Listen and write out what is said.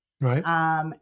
Right